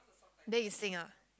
then you sing ah